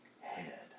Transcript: head